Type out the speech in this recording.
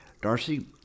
Darcy